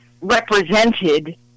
represented